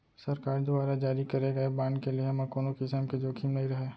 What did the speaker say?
सरकार दुवारा जारी करे गए बांड के लेहे म कोनों किसम के जोखिम नइ रहय